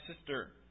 sister